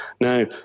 Now